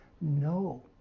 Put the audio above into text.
No